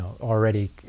already